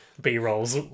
b-rolls